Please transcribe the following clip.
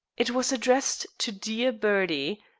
it was addressed to dear bertie,